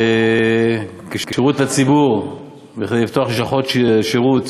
כשירות לציבור וכדי לפתוח לשכות שירות